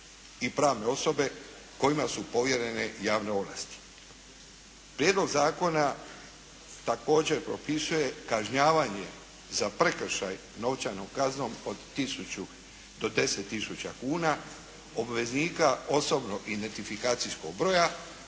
i pravne osobe kojima su povjerene javne ovlasti. Prijedlog zakona također propisuje kažnjavanje za prekršaj novčanom kaznom od 1000 do 10000 kuna, obveznika osobnog identifikacijskog broja.